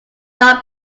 not